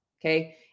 Okay